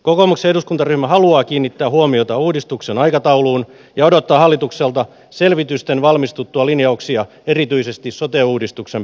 kokoomuksen eduskuntaryhmä haluaa kiinnittää huomiota uudistuksen aikatauluun ja odottaa hallitukselta selvitysten valmistuttua linjauksia erityisesti sote uudistuksen peruslinjoista